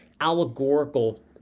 allegorical